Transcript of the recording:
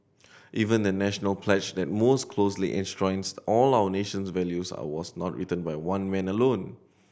even the National pledge that most closely enshrines all of nation's values are was not written by one man alone